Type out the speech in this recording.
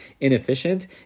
inefficient